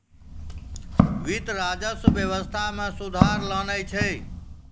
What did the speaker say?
वित्त, राजस्व व्यवस्था मे सुधार लानै छै